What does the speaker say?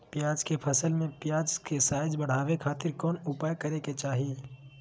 प्याज के फसल में प्याज के साइज बढ़ावे खातिर कौन उपाय करे के चाही?